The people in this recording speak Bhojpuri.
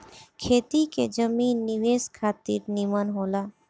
खेती के जमीन निवेश खातिर निमन होला